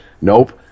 nope